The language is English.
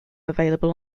available